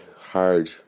hard